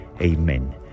Amen